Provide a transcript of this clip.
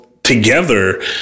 Together